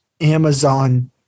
Amazon